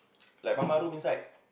like mama room inside